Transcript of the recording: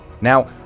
Now